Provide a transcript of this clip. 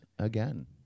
again